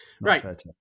Right